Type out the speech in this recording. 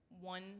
one